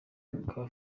akaba